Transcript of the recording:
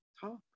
talk